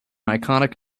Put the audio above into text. iconic